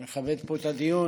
אני מכבד פה את הדיון.